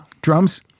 Drums